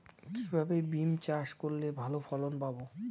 কিভাবে বিম চাষ করলে ভালো ফলন পাব?